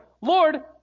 Lord